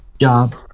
job